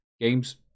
games